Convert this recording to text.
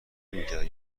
نمیکردم